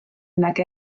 nag